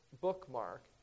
bookmark